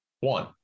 One